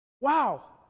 Wow